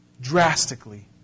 drastically